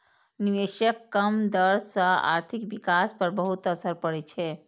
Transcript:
निवेशक कम दर सं आर्थिक विकास पर बहुत असर पड़ै छै